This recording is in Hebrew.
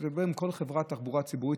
תדבר עם כל חברת תחבורה ציבורית,